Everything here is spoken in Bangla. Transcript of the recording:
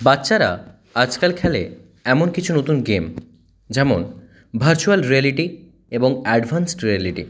বাচ্চারা আজকাল খেলে এমন কিছু নতুন গেম যেমন ভার্চুয়াল রিয়্যালিটি এবং অ্যাডভান্সড রিয়্যালিটি